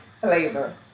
flavor